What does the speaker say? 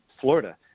Florida